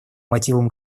мотивам